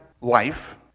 life